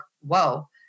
whoa